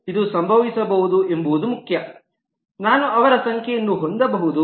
ಇದು ಸಂಭವಿಸಬಹುದು ಎಂಬುದು ಮುಖ್ಯ ನಾನು ಅವರ ಸಂಖ್ಯೆಯನ್ನು ಹೊಂದಬಹುದು